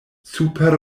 super